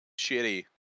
shitty